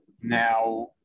now